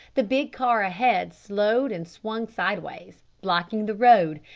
the big car ahead slowed and swung sideways, blocking the road,